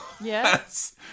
yes